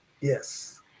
Yes